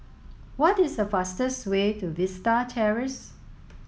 what is the fastest way to Vista Terrace